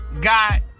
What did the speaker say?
got